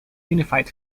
unified